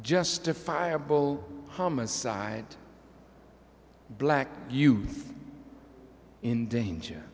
justifiable homicide black youth in danger